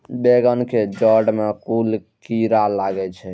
बेंगन के जेड़ में कुन कीरा लागे छै?